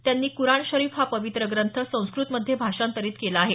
त्यांनी कुराण शरीफ हा पवित्र ग्रंथ संस्क्रतमध्ये भाषांतरित केला आहे